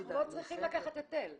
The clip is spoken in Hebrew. שאנחנו לא צריכים לקחת היטל.